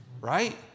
Right